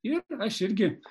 ir aš irgi